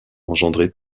engendré